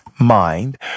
Mind